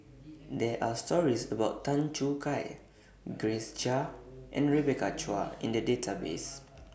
There Are stories about Tan Choo Kai Grace Chia and Rebecca Chua in The Database